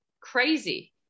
crazy